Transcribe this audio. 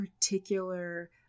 particular